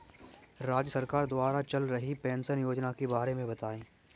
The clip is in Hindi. राज्य सरकार द्वारा चल रही पेंशन योजना के बारे में बताएँ?